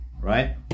Right